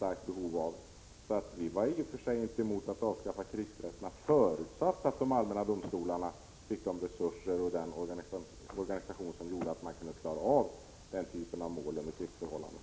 Vi var i och för sig inte emot ett avskaffande av krigsrätterna, förutsatt att de allmänna domstolarna fick de resurser och den organisation som gjorde att de kunde klara av denna typ av mål under krigsförhållanden.